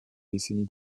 décennie